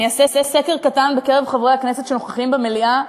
אני אעשה סקר קטן בקרב חברי הכנסת שנוכחים במליאה: